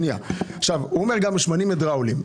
הוא אמר: שמנים הידראוליים.